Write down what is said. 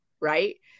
right